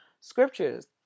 scriptures